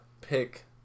pick